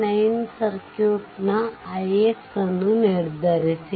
9 ಸರ್ಕ್ಯೂಟ್ನ ix ಅನ್ನು ನಿರ್ಧರಿಸಿ